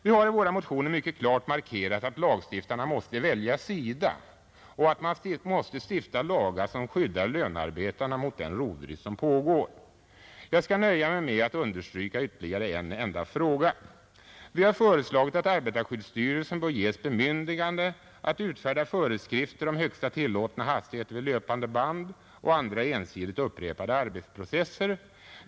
Vi har i våra motioner mycket klart markerat att lagstiftarna måste välja sida och att man måste stifta lagar som skyddar lönearbetarna mot den rovdrift som pågår. Jag skall nöja mig med att understryka ytterligare en enda fråga. Vi har föreslagit att arbetarskyddstyrelsen bör ges bemyndigande att utfärda föreskrifter om högsta tillåtna hastighet vid löpande band och andra ensidigt upprepade arbetsprocesser.